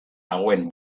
dagoen